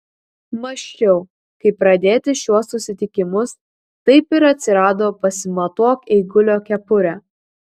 mąsčiau kaip pradėti šiuos susitikimus taip ir atsirado pasimatuok eigulio kepurę